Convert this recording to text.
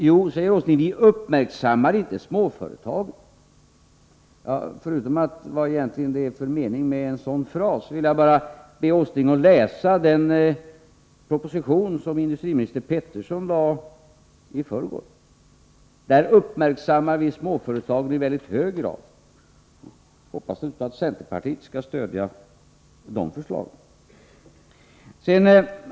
Jo, säger Nils Åsling, vi uppmärksammar inte småföretagen. Förutom att fråga vad det är för mening med en sådan fras vill jag be Nils Åsling att läsa den proposition som industriminister Peterson lade fram i förrgår. Där uppmärksammar vi småföretagen i mycket hög grad. Hoppas nu att centerpartiet skall stödja våra förslag där.